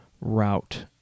route